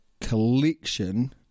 collection